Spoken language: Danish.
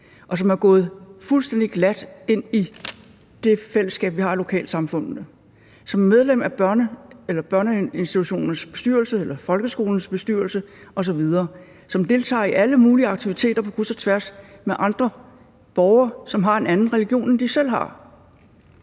og som er gået fuldstændig glat ind i det fællesskab, vi har i lokalsamfundene, som medlem af daginstitutionens eller folkeskolens bestyrelse osv., og som deltager i alle mulige aktiviteter på kryds og tværs med andre borgere, som har en anden religion, end de selv har.